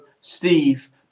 Steve